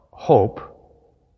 hope